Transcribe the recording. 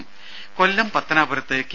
രുഭ കൊല്ലം പത്തനാപുരത്ത് കെ